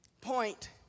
Point